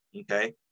okay